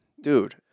Dude